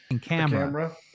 camera